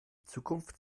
zukunft